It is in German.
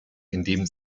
indem